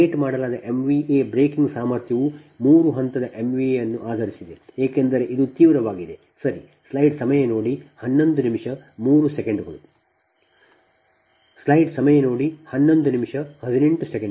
rate ಮಾಡಲಾದ MVA breaking ಸಾಮರ್ಥ್ಯವು ಮೂರು ಹಂತದ ದೋಷ MVA ಅನ್ನು ಆಧರಿಸಿದೆ ಏಕೆಂದರೆ ಇದು ತೀವ್ರವಾಗಿದೆ ಸರಿ